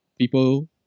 people